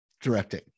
directing